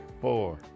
four